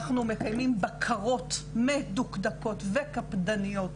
אנחנו מקיימים בקרות מדוקדקות וקפדניות,